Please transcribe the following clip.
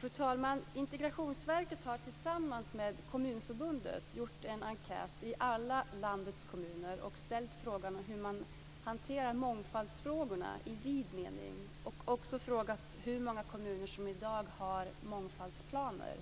Fru talman! Integrationsverket har tillsammans med Kommunförbundet gjort en enkät i alla landets kommuner och ställt frågan hur man hanterar mångfaldsfrågorna i vid mening. De har också frågat hur många kommuner som i dag har mångfaldsplaner.